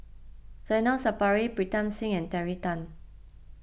Zainal Sapari Pritam Singh and Terry Tan